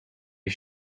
you